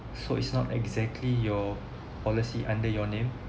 so it's not exactly your policy under your name